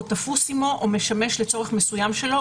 או תפוש עמו או משמש לצורך מסוים שלו,